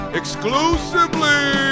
exclusively